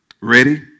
Ready